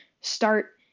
start